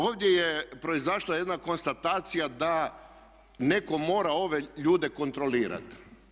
Ovdje je proizašla jedna konstatacija da netko mora ove ljude kontrolirati.